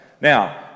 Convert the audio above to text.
Now